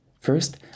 First